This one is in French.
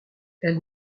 elle